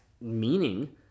meaning